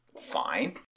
fine